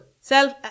self